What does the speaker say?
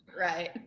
Right